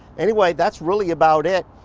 anyway, that's really about it.